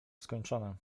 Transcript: skończone